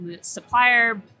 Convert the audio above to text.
supplier